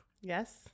Yes